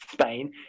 Spain